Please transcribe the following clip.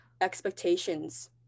expectations